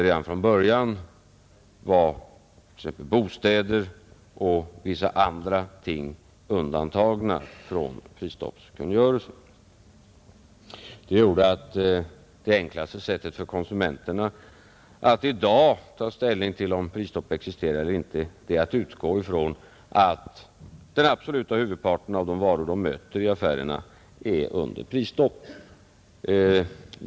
Redan från början var bostäder och vissa andra ting undantagna från prisstoppskungörelsen. Detta gör att det enklaste sättet för konsumenterna att i dag ta ställning till om prisstopp existerar eller inte är att utgå från att den absoluta huvudparten av de varor de möter i affärerna är under prisstopp.